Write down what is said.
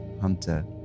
hunter